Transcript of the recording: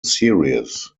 series